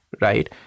right